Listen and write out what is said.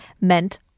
meant